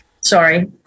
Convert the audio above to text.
Sorry